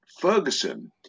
Ferguson